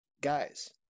guys